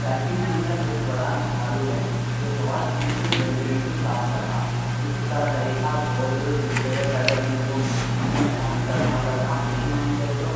ویکیوم کلینر ایک بڑا جھاڑو ہے جو ہوا کھینچ کے گندگی کو صاف کرتا اس کا طریقہ بہت سمپل ہے پہلے اپنے کو مشین آن کرنا پڑتا مشین آن کرتا تو